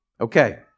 Okay